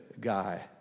guy